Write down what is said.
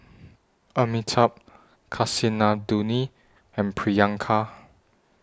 Amitabh Kasinadhuni and Priyanka